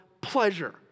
pleasure